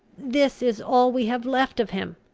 this is all we have left of him!